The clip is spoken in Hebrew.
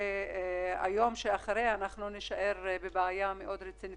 שביום שאחרי נישאר בבעיה מאוד רצינית